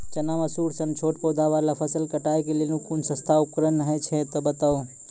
चना, मसूर सन छोट पौधा वाला फसल कटाई के लेल कूनू सस्ता उपकरण हे छै तऽ बताऊ?